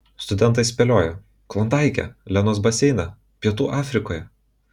studentai spėlioja klondaike lenos baseine pietų afrikoje